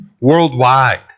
worldwide